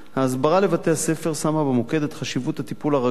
ההסברה לבתי-הספר שמה במוקד את חשיבות הטיפול הרגיש